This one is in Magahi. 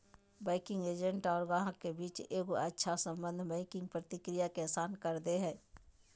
बैंकिंग एजेंट और गाहक के बीच एगो अच्छा सम्बन्ध बैंकिंग प्रक्रिया के आसान कर दे हय